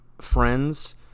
friends